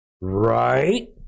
Right